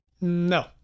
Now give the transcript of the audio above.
No